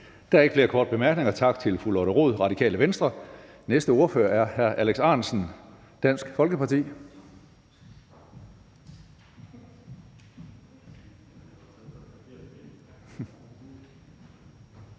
Der er ikke flere korte bemærkninger. Tak til fru Lotte Rod, Radikale Venstre. Næste ordfører er hr. Alex Ahrendtsen, Dansk Folkeparti. Kl.